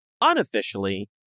unofficially